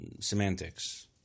semantics